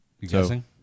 guessing